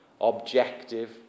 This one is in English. objective